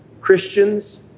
Christians